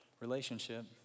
relationship